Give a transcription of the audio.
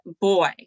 boy